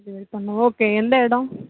delivery பண்ணுவோம் okay எந்த இடம்